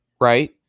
right